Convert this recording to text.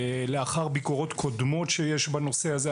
לאחר ביקורות קודמות שיש בנושא הזה.